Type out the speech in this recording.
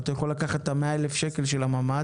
אבל אתה יכול לקחת את ה-100 אלף שקל של הממ"ד